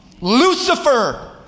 Lucifer